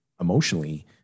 emotionally